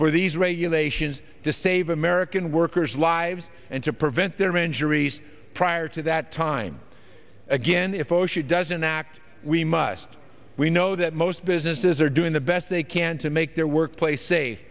for these regulations to save american workers lives and to prevent their injuries prior to that time again if oh she doesn't act we must we know that most businesses are doing the best they can to make their workplace sa